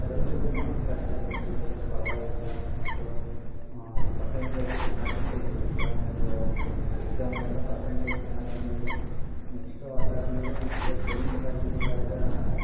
ಅದ್ರದ್ದು ಮಾರ್ಕ್ಸ್ ಕಾರ್ಡೆಲ್ಲ ಬಂದಿದ್ದೆ ಪರವಾಗಿಲ್ಲ ಒಂದು ಪರ್ಸೆಂಟೇಜು ಚೆನ್ನಾಗಿ ಬಂದಿದೆ ಡ್ರಾಯಿಂಗು ಎಕ್ಝಾಮಲ್ಲೆಲ್ಲ ಪರ್ಸೆಂಟೇಜ್ ಚೆನ್ನಾಗಿ ಬಂದಿದೆ ನೆಕ್ಸ್ಟು ಅದಾದ್ಮೇಲೆ ಮತ್ತು ಟೆಂತ್ ಅಲ್ಲಿ ಇದ್ದಾಗ